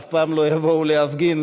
אף פעם לא יבואו להפגין.